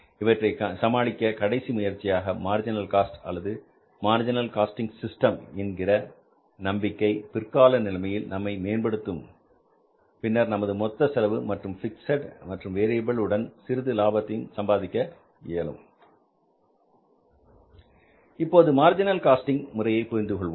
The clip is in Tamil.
இவற்றை சமாளிக்க கடைசி முயற்சியாக மார்ஜினல் காஸ்ட் அல்லது மார்ஜினல் காஸ்டிங் சிஸ்டம் என்கிற நம்பிக்கை பிற்கால நிலைமையில் நம்மை மேம்படுத்தும் பின்னர் நமது மொத்த செலவு மற்றும் பிக்ஸட் மற்றும் வேரியபில் உடன் சிறிது லாபத்தையும் சம்பாதிக்க இயலும் இப்போது மார்ஜினல் காஸ்டிங் முறையை புரிந்து கொள்வோம்